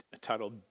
titled